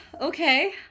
okay